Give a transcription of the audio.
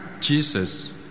Jesus